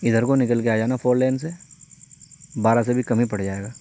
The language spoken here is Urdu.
ادھر کو نکل کے آ جانا فور لین سے بارہ سے بھی کم ہی پڑ جائے گا